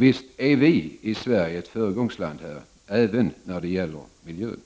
Visst är Sverige ett föregångsland även när det gäller miljön,